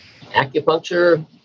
Acupuncture